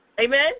Amen